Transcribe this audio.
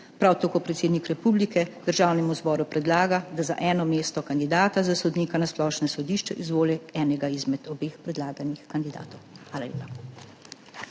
Prav tako predsednik republike Državnemu zboru predlaga, da za eno mesto kandidata za sodnika na splošnem sodišču izvoli enega izmed obeh predlaganih kandidatov. Hvala lepa.